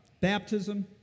baptism